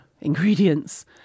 ingredients